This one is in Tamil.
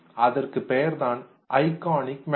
அதற்குப் பெயர்தான் ஐகானிக் மெமரி